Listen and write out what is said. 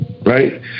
Right